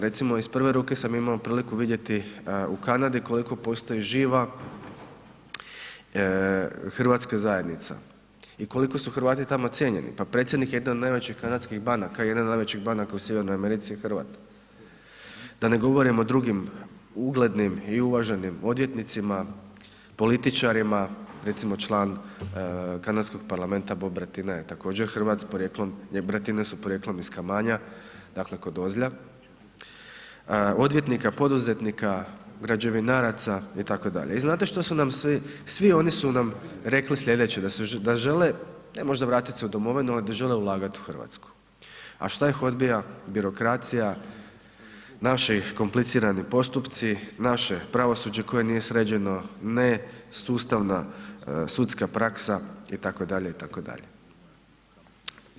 Recimo iz prve ruke sam imao priliku vidjeti u Kanadi koliko postoji živa hrvatska zajednica i koliko su Hrvati tamo cijenjeni, pa predsjednik jedne od najvećih kanadskih banaka, jedne od najvećih banaka u Sjevernoj Americi je Hrvat, da ne govorim o drugim uglednim i uvaženim odvjetnicima, političarima, recimo član kanadskog parlamenta Bobratina je također Hrvat s porijeklom, Bobratine su podrijetlom iz Kamanja, dakle kod Ozlja, odvjetnika, poduzetnika, građevinaraca itd. i znate što su nam svi, svi oni su nam rekli slijedeće da žele, ne možda vratit se u domovinu, al da žele ulagat u RH, a šta ih odbija, birokracija, naši komplicirani postupci, naše pravosuđe koje nije sređeno, nesustavna sudska praksa itd., itd.